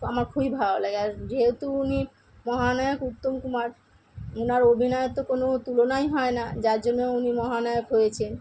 আমার খুবই ভালো লাগে আর যেহেতু উনি মহানায়ক উত্তম কুমার ওনার অভিনয়ের তো কোনো তুলনাই হয় না যার জন্য উনি মহানায়ক হয়েছে